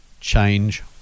change